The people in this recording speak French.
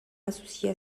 associée